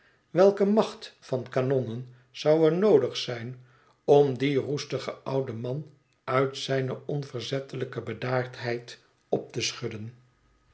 welke macht van kanonnen zou er noodig zijn om dien roestigen ouden man uit zijne onverzettelijke bedaardheid op te schudden